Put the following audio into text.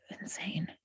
insane